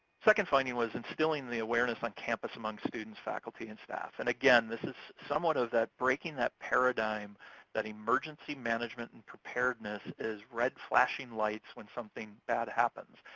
second finding was instilling the awareness on campus among students, faculty, and staff. and, again, this is somewhat of breaking that paradigm that emergency management and preparedness is red flashing lights when something bad happens,